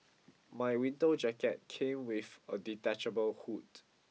my winter jacket came with a detachable hood